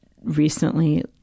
recently